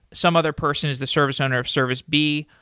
some other person is the service owner of service b.